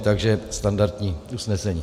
Takže standardní usnesení.